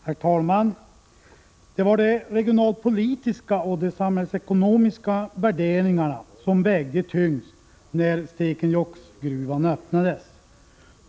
Herr talman! Det var de regionalpolitiska och de samhällsekonomiska värderingarna som vägde tyngst när Stekenjokksgruvan öppnades.